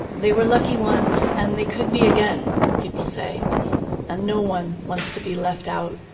they were lucky once and they could be again, people say and no one wants to be left out